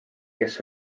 kes